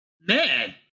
Man